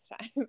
time